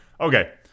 okay